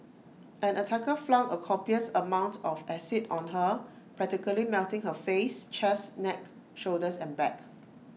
an attacker flung A copious amount of acid on her practically melting her face chest neck shoulders and back